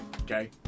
Okay